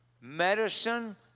medicine